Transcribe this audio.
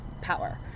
power